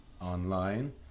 online